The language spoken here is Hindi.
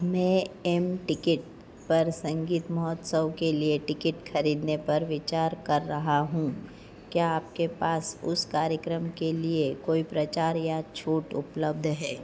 मैं एम टिकट पर संगीत महोत्सव के लिए टिकट खरीदने पर विचार कर रहा हूँ क्या आपके पास उस कार्यक्रम के लिए कोई प्रचार या छूट उपलब्ध है